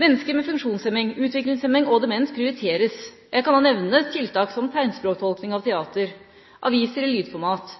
Mennesker med funksjonshemning, utviklingshemning og demens prioriteres. Jeg kan nevne tiltak som tegnspråktolking av teater, aviser i lydformat,